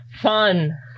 Fun